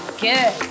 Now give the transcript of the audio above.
good